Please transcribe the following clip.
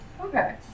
Okay